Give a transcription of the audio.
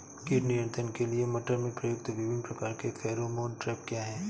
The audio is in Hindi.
कीट नियंत्रण के लिए मटर में प्रयुक्त विभिन्न प्रकार के फेरोमोन ट्रैप क्या है?